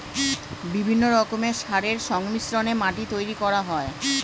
বিভিন্ন রকমের সারের সংমিশ্রণে মাটি তৈরি করা হয়